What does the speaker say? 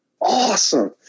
awesome